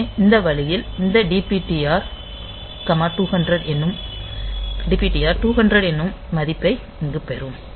எனவே இந்த வழியில் இந்த DPTR 200 என்னும் மதிப்பை இங்குப் பெறும்